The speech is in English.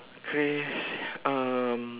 cra~ um